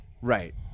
Right